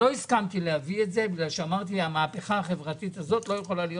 לא הסכמתי להביא את זה כי אמרתי שהמהפכה החברתית הזאת לא יכולה להיות